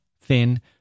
thin